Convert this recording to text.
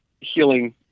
healing